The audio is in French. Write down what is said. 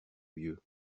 lieu